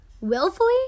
Willfully